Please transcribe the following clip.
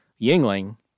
yingling